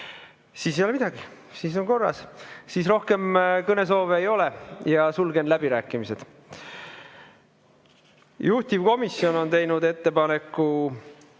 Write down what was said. sassi! Ei ole midagi, kõik on korras. Rohkem kõnesoove ei ole. Sulgen läbirääkimised. Juhtivkomisjon on teinud ettepaneku